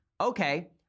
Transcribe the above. Okay